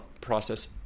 process